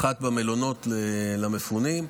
האחת במלונות למפונים,